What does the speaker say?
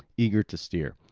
eager to steer.